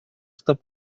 штаб